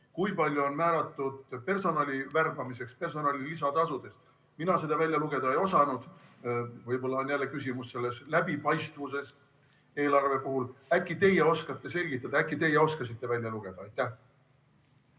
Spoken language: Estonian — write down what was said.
kui palju on määratud personali värbamiseks, personali lisatasudeks? Mina seda välja lugeda ei osanud. Võib-olla on küsimus selles eelarve läbipaistvuses. Äkki teie oskate selgitada, äkki teie oskasite välja lugeda?